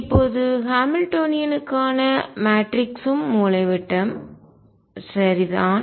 இப்போது ஹாமில்டோனியனுக்கான மேட்ரிக்ஸும் மூலைவிட்டம் சரிதானே